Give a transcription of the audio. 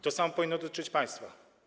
To samo powinno dotyczyć państwa.